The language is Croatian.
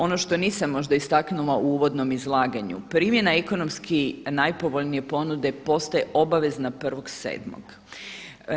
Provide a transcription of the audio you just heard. Ono što nisam možda istaknula u uvodnom izlaganju, primjena ekonomski najpovoljnije ponude postaje obavezna 1.7.